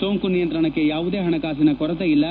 ಸೋಂಕು ನಿಯಂತ್ರಣಕ್ಕೆ ಯಾವುದೇ ಹಣಕಾಸಿನ ಕೊರತೆ ಇಲ್ಲ